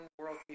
worldview